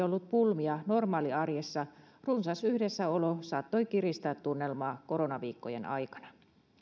ollut pulmia normaaliarjessa runsas yhdessäolo saattoi kiristää tunnelmaa koronaviikkojen aikana